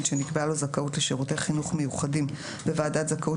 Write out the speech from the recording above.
שנקבעה לו זכאות לשירותי חינוך מיוחדים בוועדת זכאות